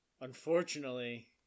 unfortunately